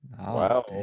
Wow